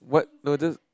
what no I just